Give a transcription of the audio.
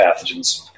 pathogens